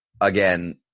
again